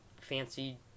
fancy